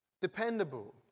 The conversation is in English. dependable